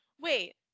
wait